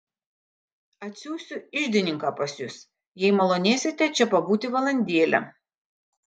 atsiųsiu iždininką pas jus jei malonėsite čia pabūti valandėlę